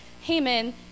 Haman